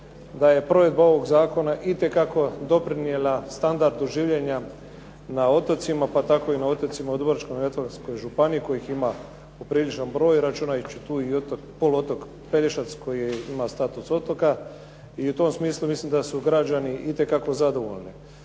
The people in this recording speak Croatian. da je provedba ovog zakona itekako doprinijela standardu življenja na otocima, pa tako i na otocima u Dubrovačko-neretvanskoj županiji kojih ima popriličan broj, računajući tu i poluotok Pelješac koji ima status otoka i u tom smislu mislim da su građani itekako zadovoljni.